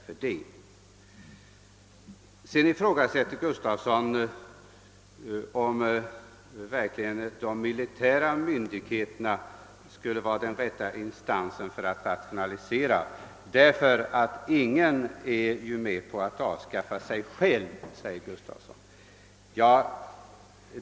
Herr Gustafsson i Uddevalla ifrågasatte om de militära myndigheterna verkligen var de rätta instanserna när det gäller rationaliseringen. »Ingen är väl med på att avskaffa sig själv», sade herr Gustafsson.